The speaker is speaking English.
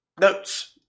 notes